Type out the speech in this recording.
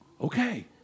Okay